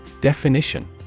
Definition